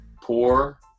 poor